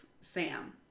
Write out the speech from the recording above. Sam